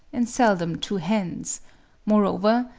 and seldom two hens moreover,